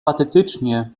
patetycznie